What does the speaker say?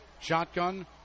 Shotgun